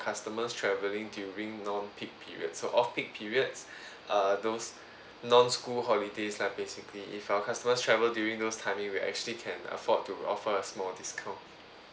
customers travelling during non-peak periods so off peak periods err those non-school holidays lah basically if our customers travel during those timing we actually can afford to offer a small discount